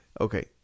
Okay